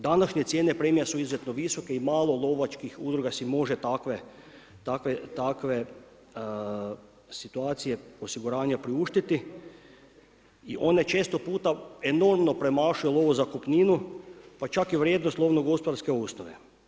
Današnje cijene premija su izuzetno visoke imalo lovačkih udruga si može takve situacije osiguranja priuštiti i one često puta enormno premašuju lovozakupninu pa čak i vrijednost lovnogospodarske osnove.